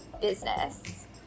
business